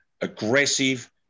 aggressive